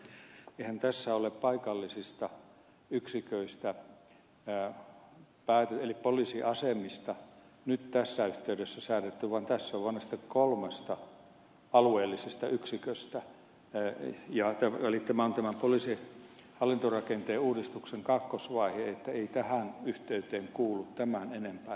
mutta eihän tässä ole paikallisista yksiköistä eli poliisiasemista nyt tässä yhteydessä säädetty vaan vain näistä kolmesta alueellisesta yksiköstä eli tämä on tämän poliisin hallintorakenteen uudistuksen kakkosvaihe niin että ei tähän yh teyteen kuulu tämän enempää tämä asia